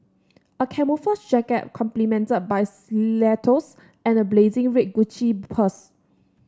a camouflage jacket complemented by stilettos and a blazing red Gucci purse